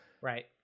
Right